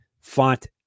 Font